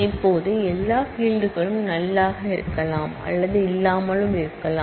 இப்போது எல்லா ஃபீல்ட் களும் நல்லாக இருக்கலாம் அல்லது இல்லாமல் இருக்கலாம்